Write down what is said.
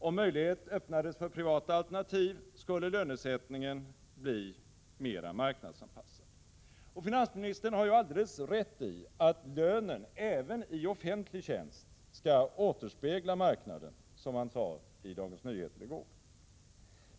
Om möjlighet öppnades för privata alternativ skulle lönesättningen bli mera marknadsanpassad. Finansministern har alldeles rätt i att även lönen i offentlig tjänst skall återspegla marknaden, vilket han sade i Dagens Nyheter i går.